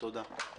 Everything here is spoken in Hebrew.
תודה.